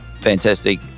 fantastic